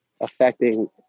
affecting